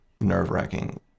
nerve-wracking